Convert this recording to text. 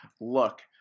look